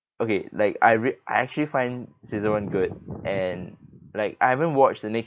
okay like I re~ I actually find season one good and like I haven't watched the next